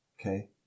Okay